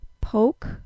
Poke